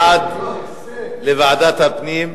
בעד ועדת הפנים,